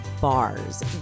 bars